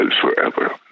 forever